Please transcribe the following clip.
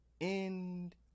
end